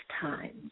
times